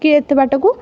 କି ଏତେ ବାଟକୁ